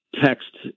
text